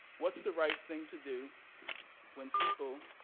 what's the right thing to do when people